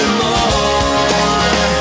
more